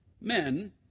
men